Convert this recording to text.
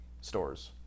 stores